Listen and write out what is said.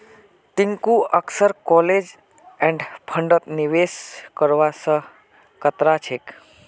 टिंकू अक्सर close end फंडत निवेश करवा स कतरा छेक